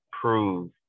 prove